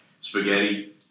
spaghetti